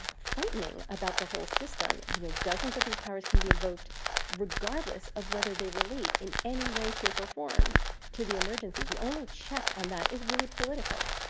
frightening about the whole system. you know, dozens of these powers can be invoked regardless of whether they relate in any way, shape or form to the emergency. the only check on that is really political.